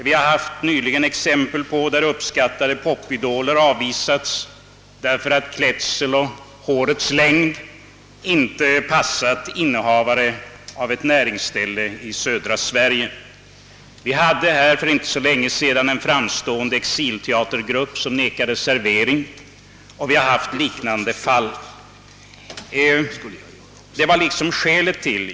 Det har dessutom nyligen inträffat att uppskattade popidoler avvisats på grund av att deras klädsel och hårets längd inte passat innehavaren av ett näringsställe i södra Sverige. Det var vidare inte så länge sedan en framstående exilteatergrupp nekades servering, och liknande fall har förekommit.